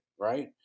right